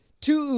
Two